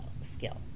skill